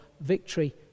victory